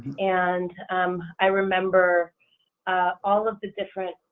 and i remember all of the different